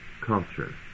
culture